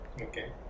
Okay